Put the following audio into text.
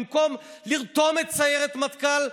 במקום לרתום את סיירת מטכ"ל,